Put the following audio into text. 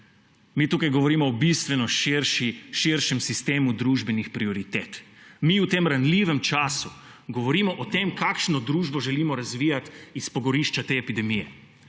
Mi tukaj govorimo o bistveno širšem sistemu družbenih prioritet. Mi v tem ranljivem času govorimo o tem, kakšno družbo želimo razvijati iz pogorišča te epidemije